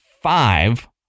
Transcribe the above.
five